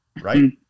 right